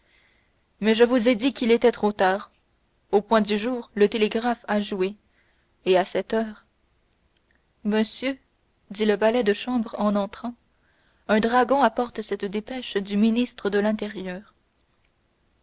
mais je vous ai dit qu'il était trop tard au point du jour le télégraphe a joué et à cette heure monsieur dit le valet de chambre en entrant un dragon apporte cette dépêche du ministre de l'intérieur